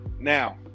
Now